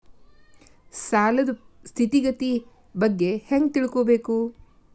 ಸಾಲದ್ ಸ್ಥಿತಿಗತಿ ಬಗ್ಗೆ ಹೆಂಗ್ ತಿಳ್ಕೊಬೇಕು?